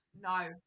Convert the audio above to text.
no